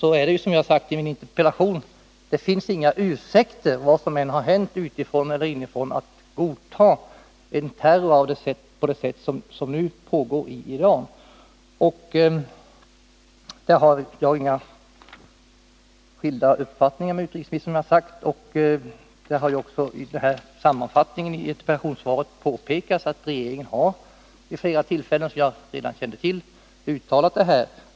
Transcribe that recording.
Och som jag har sagt i interpellationen så finns det inga ursäkter — vad som än har hänt i fråga om inblandning utifrån eller inom landet — för att man skall kunna godta en sådan terror som nu pågår i Iran. Jag har alltså ingen annan uppfattning än utrikesministern i det fallet. I sammanfattningen i interpellationssvaret påpekas också att regeringen vid ett flertal tillfällen har uttalat sig, vilket jag redan känner till.